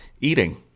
eating